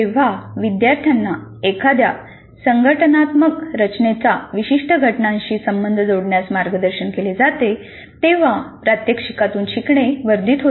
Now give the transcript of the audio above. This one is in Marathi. जेव्हा विद्यार्थ्यांना एखाद्या संघटनात्मक रचनेचा विशिष्ट घटनांशी संबंध जोडण्यास मार्गदर्शन केले जाते तेव्हा प्रात्यक्षिकातून शिकणे वर्धित होते